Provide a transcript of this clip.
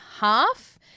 half